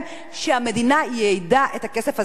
שהמדינה ייעדה את הכסף הזה להם.